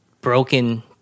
broken